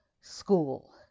school